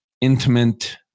intimate